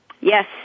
Yes